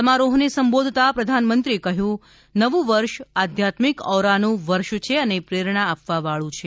સમારોહને સંબોધતાં પ્રધાનમંત્રીએ કહ્યું કે નવું વર્ષ આધ્યાત્મિક ઔરાનું વર્ષ છે અને પ્રેરણા આપવાવાળું વર્ષ છે